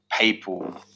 people